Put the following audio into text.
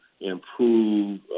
improve